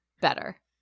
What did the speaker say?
better